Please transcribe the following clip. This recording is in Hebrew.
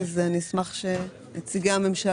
אנחנו סבורים שאין הצדקה להענקת גמול כזה